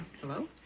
Hello